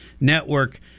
network